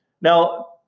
Now